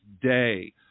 day